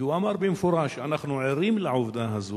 כי הוא אמר במפורש: אנחנו ערים לעובדה הזאת